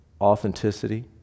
authenticity